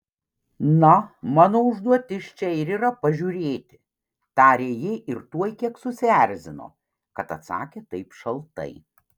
na mano užduotis čia ir yra pažiūrėti tarė ji ir tuoj kiek susierzino kad atsakė taip šaltai